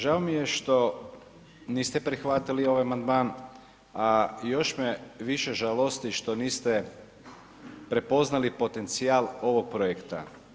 Žao mi je što niste prihvatili ovaj amandman a još me više žalosti što niste prepoznali potencijal ovog projekta.